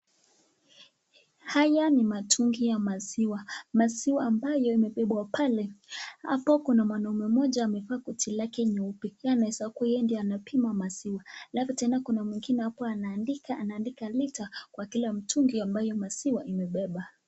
Haya ni mitungi ya maziwa, maziwa ambayo imebebwa pale, hapo kuna mwanaume mmoja amevaa koti lake nyeupe pia anaweza kuwa yeye ndiye anapima maziwa. Halafu tena kuna mwingine hapo anaandika, anaandika lita kwa kila mtungi ambayo maziwa imebebwa.